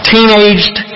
Teenaged